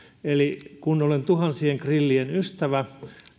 eli kun olen tuhansien grillien ystävä niin